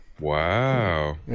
wow